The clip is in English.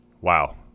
Wow